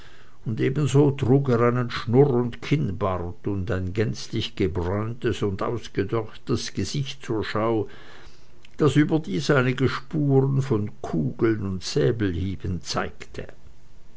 und ebenso trug er einen schnurr und kinnbart und ein gänzlich gebräuntes und ausgedörrtes gesicht zur schau das überdies einige spuren von kugeln und säbelhieben zeigte